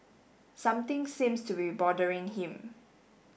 something seems to be bothering him